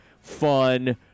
fun